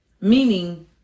Meaning